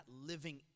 living